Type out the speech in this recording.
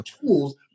tools